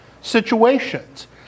situations